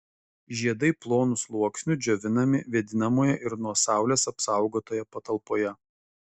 žiedai plonu sluoksniu džiovinami vėdinamoje ir nuo saulės apsaugotoje patalpoje